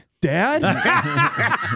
Dad